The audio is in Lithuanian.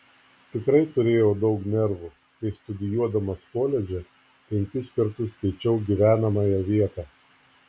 tikrai turėjau daug nervų kai studijuodamas koledže penkis kartus keičiau gyvenamąją vietą